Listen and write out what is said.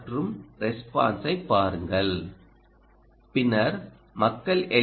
மற்றும் ரெஸ்பான்ஸைப் பாருங்கள் பின்னர் மக்கள் எல்